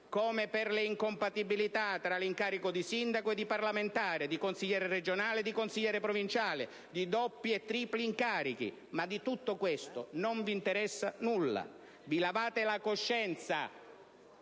anche per le incompatibilità tra l'incarico di sindaco e di parlamentare, di consigliere regionale e di consigliere provinciale, di doppi e tripli incarichi. Di tutto questo però a voi non interessa nulla. Vi lavate la coscienza